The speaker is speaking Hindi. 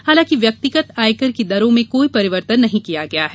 हालांकि व्यक्तिगत आयकर की दरों में कोई परिवर्तन नहीं किया गया है